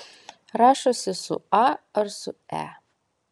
rašosi su a ar su e